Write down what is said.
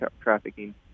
trafficking